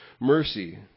mercy